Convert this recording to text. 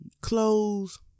clothes